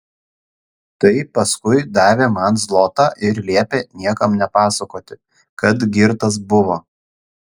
tai paskui davė man zlotą ir liepė niekam nepasakoti kad girtas buvo